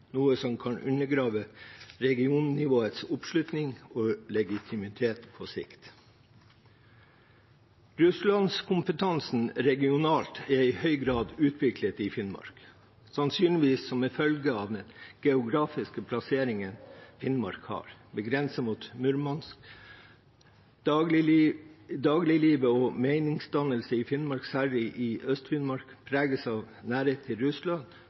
noe som kan undergrave regionnivåets oppslutning og legitimitet på sikt. Russland-kompetansen regionalt er i høy grad utviklet i Finnmark, sannsynligvis som en følge av den geografiske plasseringen Finnmark har, med grense mot Murmansk. Dagliglivet og meningsdannelsen i Finnmark, særlig i Øst-Finnmark, preges av nærhet til Russland